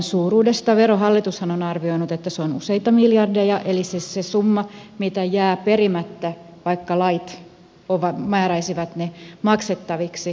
verohallitushan on arvioinut että se summa mikä jää perimättä on useita miljardeja vaikka lait määräisivät ne maksettaviksi